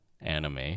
anime